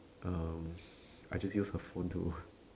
um I just use her phone to